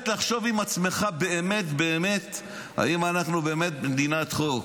לחשוב עם עצמך באמת באמת אם אנחנו מדינת חוק.